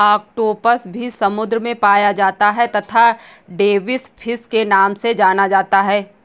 octopus भी समुद्र में पाया जाता है तथा डेविस फिश के नाम से जाना जाता है